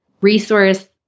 resource